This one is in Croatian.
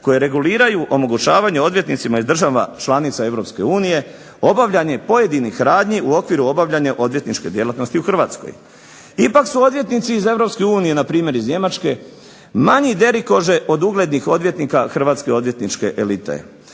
koje reguliraju omogućavanje odvjetnicima iz država članica Europske unije obavljanje pojedinih radnji u okviru obavljanja odvjetničke djelatnosti u Hrvatskoj. Ipak su odvjetnici iz Europske unije, npr. iz Njemačke, manji derikože od uglednih odvjetnika hrvatske odvjetničke elite.